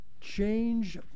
change